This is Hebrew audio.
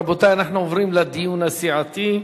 רבותי, אנחנו עוברים לדיון הסיעתי.